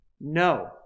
No